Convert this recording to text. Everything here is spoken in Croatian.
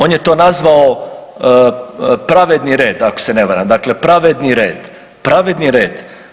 On je to nazvao pravedni red ako se ne varam, dakle pravedni red, pravedni red.